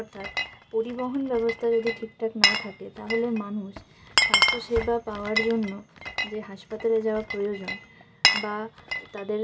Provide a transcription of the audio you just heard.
অর্থাৎ পরিবহন ব্যবস্থা যদি ঠিক ঠাক না থাকে তাহলে মানুষ স্বাস্থ্যসেবা পাওয়ার জন্য যে হাসপাতালে যাওয়া প্রয়োজন বা তাদের